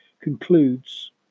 concludes